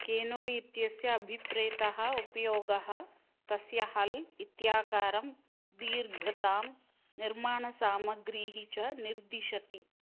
केनोय् इत्यस्य अभिप्रेतः उपयोगः तस्य हल् इत्याकारम् दीर्घताम् निर्माणसामग्रीः च निर्दिशति